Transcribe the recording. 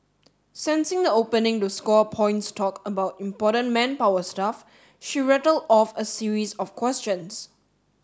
sensing the opening to score points talk about important manpower stuff she rattled off a series of questions